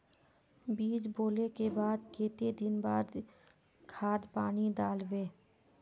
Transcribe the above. बीज बोले के बाद केते दिन बाद खाद पानी दाल वे?